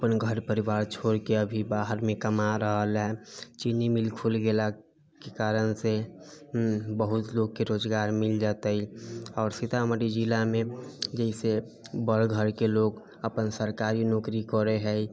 अपन घर परिवार छोड़के अभि बाहरमे कमा रहल है चीनी मिल खुल गेलाके कारणसँ हूॅं बहुत लोकके रोजगार मिल जेतै आओर सीतामढ़ी जिलामे जइसे बड़ घरके लोक अपन सरकारी नौकरी करै है